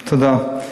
תודה.